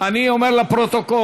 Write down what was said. אני אומר לפרוטוקול,